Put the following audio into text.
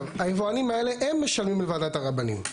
היבואנים האלה, הם משלמים לוועדת הרבנים.